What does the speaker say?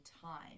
time